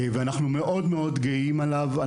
ואנחנו מאוד-מאוד גאים עליו.